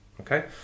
Okay